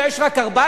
אולי יש רק 14?